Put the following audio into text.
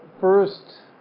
first